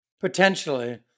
potentially